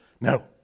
No